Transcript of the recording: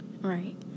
Right